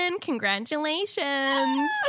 Congratulations